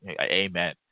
Amen